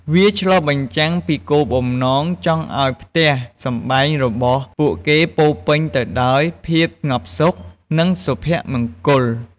វាឆ្លុះបញ្ចាំងពីបំណងចង់ឱ្យផ្ទះសម្បែងរបស់ពួកគេពោរពេញទៅដោយភាពស្ងប់សុខ និងសុភមង្គល។